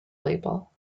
label